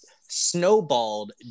snowballed